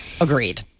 Agreed